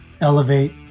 elevate